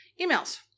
emails